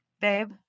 Babe